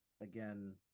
again